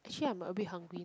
actually I'm a bit hungry